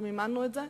מימנו את זה,